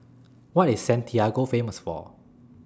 What IS Santiago Famous For